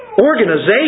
organization